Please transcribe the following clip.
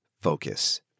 focus